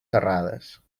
serrades